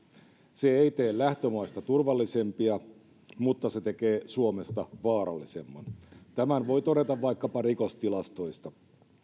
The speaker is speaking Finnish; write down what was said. se ei tee lähtömaista turvallisempia mutta se tekee suomesta vaarallisemman tämän voi todeta vaikkapa rikostilastoista